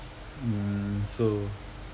mm so